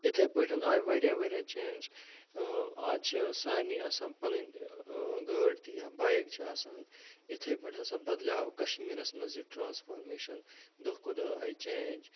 یِتھَے پٲٹھۍ آے واریاہ واریاہ چینٛج آز چھِ سارنٕے آسان پَنٕنۍ گٲڑۍ تہِ یا بایک چھِ آسان یِتھَے پٲٹھۍ ہَسا بَدلیو کَشمیٖرَس مَنٛز یہِ ٹرٛانسفارمیشَن دۄہ کھۄ دۄہ آیہِ چینٛج